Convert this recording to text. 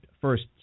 first